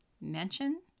mention